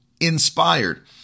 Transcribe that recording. inspired